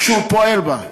שהוא פועל בו?